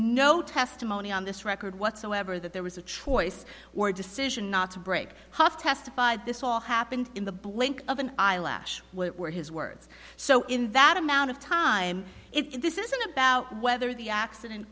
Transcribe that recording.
no testimony on this record whatsoever that there was a choice or decision not to break have testified this all happened in the blink of an eyelash what were his words so in that amount of time if this isn't about whether the accident